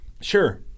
Sure